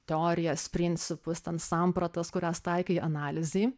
teorijas principus ten sampratas kurias taikai analizei